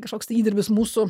kažkoks įdirbis mūsų